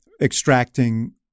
extracting